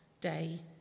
day